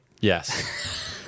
Yes